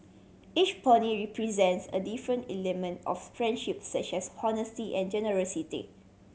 each pony represents a different element of friendship such as honesty and generosity